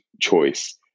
choice